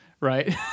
right